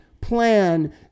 plan